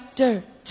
dirt